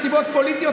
מסיבות פוליטיות,